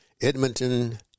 Edmonton